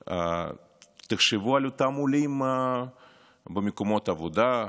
אבל תחשבו על אותם עולים במקומות עבודה,